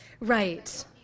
Right